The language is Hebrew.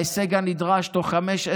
ההישג הנדרש: בתוך חמש,